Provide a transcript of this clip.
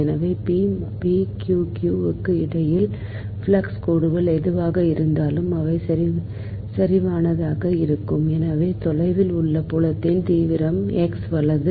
எனவே p மற்றும் q q க்கு இடையில் ஃப்ளக்ஸ் கோடுகள் எதுவாக இருந்தாலும் அவை செறிவானதாக இருக்கும் எனவே தொலைவில் உள்ள புலத்தின் தீவிரம் x வலது